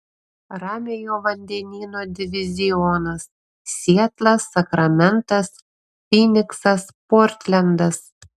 ramiojo vandenyno divizionas sietlas sakramentas fyniksas portlendas